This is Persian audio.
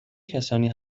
کسانی